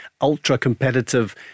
ultra-competitive